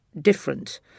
different